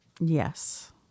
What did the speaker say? Yes